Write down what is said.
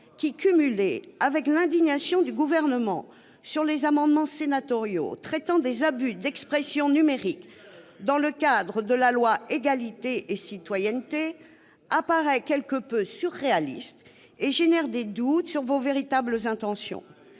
qui, cumulée avec l'indignation du Gouvernement sur les amendements sénatoriaux traitant des abus d'expression numériques dans le cadre de la loi relative à l'égalité et à la citoyenneté, apparaît quelque peu surréaliste et crée des doutes sur vos véritables intentions.